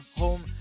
home